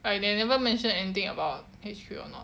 like they never mention anything about H_Q or not